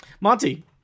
Monty